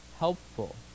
Helpful